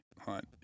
hunt